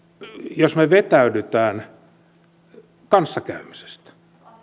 jos me me vetäydymme kanssakäymisestä